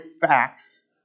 facts